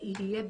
שיהיה,